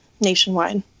nationwide